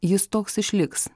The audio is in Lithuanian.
jis toks išliks